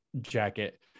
jacket